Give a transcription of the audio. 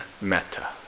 metta